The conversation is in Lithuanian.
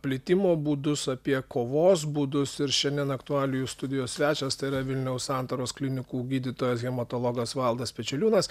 plitimo būdus apie kovos būdus ir šiandien aktualijų studijos svečias tai yra vilniaus santaros klinikų gydytojas hematologas valdas pečeliūnas